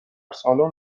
سالن